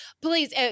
please